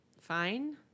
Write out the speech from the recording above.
fine